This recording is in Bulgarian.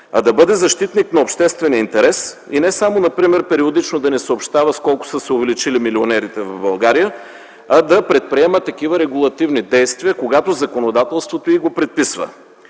а да бъде защитник на обществения интерес и не само периодично да ни съобщава с колко са се увеличили милионерите в България, а да предприема регулативни действия, когато законодателството й го предписва.